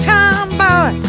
Tomboy